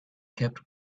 kept